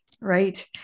Right